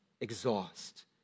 exhaust